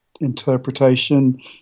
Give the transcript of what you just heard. interpretation